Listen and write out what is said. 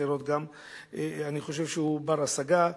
אני חושב שהוא בר-השגה.